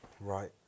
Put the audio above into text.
Right